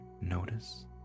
notice